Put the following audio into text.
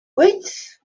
wait